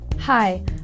Hi